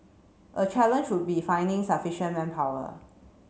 a challenge would be finding sufficient manpower